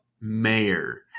Mayor